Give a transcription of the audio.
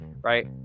Right